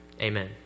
Amen